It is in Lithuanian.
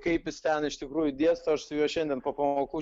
kaip jis ten iš tikrųjų dėsto aš su juo šiandien po pamokų